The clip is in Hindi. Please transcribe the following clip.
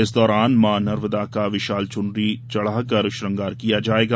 इस दौरान मां नर्मदा का विशाल चुनरी चढ़ाकर श्रंगार किया जायेगा